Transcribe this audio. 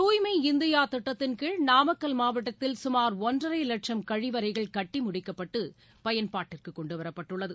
துாய்மை இந்தியா திட்டத்தின்கீழ் நாமக்கல் மாவட்டத்தில் சுமார் ஒன்றரை லட்சம் கழிவறைகள் கட்டி முடிக்கப்பட்டு பயன்பாட்டிற்கு கொண்டுவரப்பட்டுள்ளது